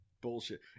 bullshit